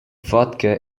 vodka